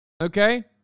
Okay